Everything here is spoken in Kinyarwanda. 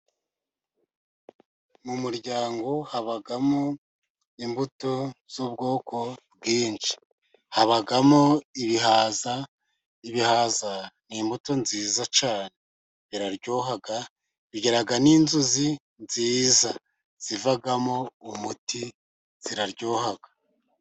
Mu muryango habamo imbuto z'ubwoko bwinshi. Habamo ibihaza, ibihaza ni imbuto nziza cyane. Biraryoha, bigira n'inzuzi nziza zivamo umuti, ziraryoha.